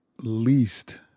least